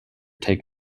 take